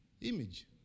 image